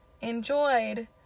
enjoyed